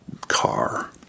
car